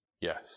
yes